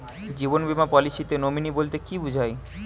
জীবন বীমা পলিসিতে নমিনি বলতে কি বুঝায়?